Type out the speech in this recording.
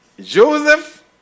Joseph